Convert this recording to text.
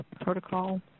protocol